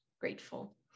grateful